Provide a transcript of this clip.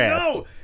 No